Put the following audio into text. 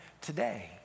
today